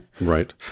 Right